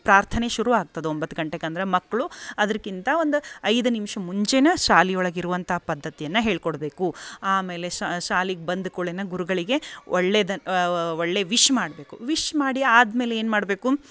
ಒಂದು ಪ್ರಾರ್ಥನೆ ಶುರು ಆಗ್ತದೆ ಒಂಬತ್ತು ಗಂಟೆಗೆ ಅಂದ್ರೆ ಮಕ್ಕಳು ಅದ್ರಗಿಂತ ಒಂದು ಐದು ನಿಮಿಷ ಮುಂಚೇನ ಶಾಲಿ ಒಳಗೆ ಇರುವಂಥ ಪದ್ಧತಿಯನ್ನು ಹೇಳ್ಕೊಡಬೇಕು ಆಮೇಲೆ ಶಾಲಿಗೆ ಬಂದ ಕೂಡಲೆ ಗುರುಗಳಿಗೆ ಒಳ್ಳೆಯದನ್ನ ಒಳ್ಳೆಯ ವಿಶ್ ಮಾಡಬೇಕು ವಿಶ್ ಮಾಡಿ ಆದ್ಮೇಲೆ ಏನು ಮಾಡಬೇಕು